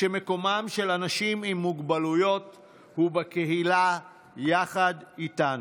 שמקומם של אנשים עם מוגבלויות הוא בקהילה יחד איתנו.